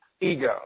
Ego